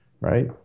right